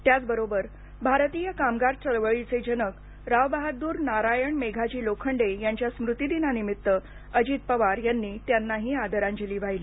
त्याचबरोबर भारतीय कामगार चळवळीचे जनक रावबहाद्द्र नारायण मेघाजी लोखंडे त्यांच्या स्मृतीदिनानिमित्त अजित पवार यांनी त्यांनाही आदरांजली वाहिली